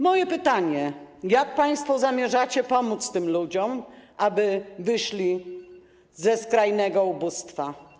Moje pytanie: Jak państwo zamierzacie pomóc tym ludziom, aby wyszli ze skrajnego ubóstwa?